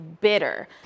bitter